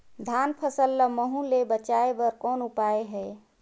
धान फसल ल महू ले बचाय बर कौन का उपाय हे?